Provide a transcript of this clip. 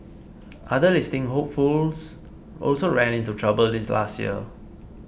other listing hopefuls also ran into trouble last year